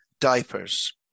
diapers